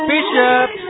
Bishop